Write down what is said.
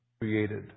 created